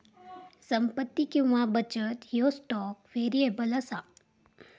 संपत्ती किंवा बचत ह्यो स्टॉक व्हेरिएबल असा